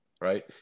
right